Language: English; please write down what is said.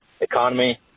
economy